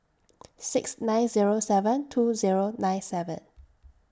six nine Zero seven two Zero nine seven